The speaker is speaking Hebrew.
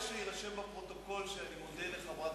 אני רוצה שיירשם בפרוטוקול שאני מודה לחברת